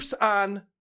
on